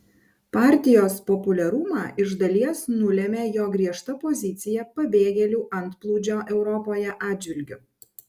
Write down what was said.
partijos populiarumą iš dalies nulėmė jo griežta pozicija pabėgėlių antplūdžio europoje atžvilgiu